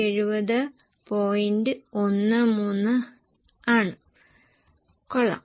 13 ആണ് കൊള്ളാം